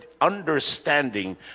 understanding